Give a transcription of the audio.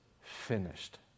finished